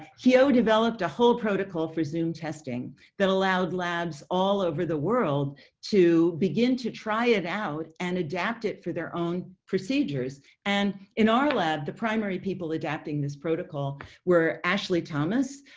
he also developed a whole protocol for zoom testing that allowed labs all over the world to begin to try it out and adapt it for their own procedures and in our lab, the primary people adapting this protocol where ashley thomas